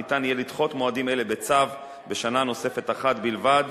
ניתן יהיה לדחות מועדים אלה בצו בשנה נוספת אחת בלבד,